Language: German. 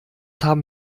haben